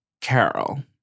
Carol